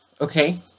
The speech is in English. Okay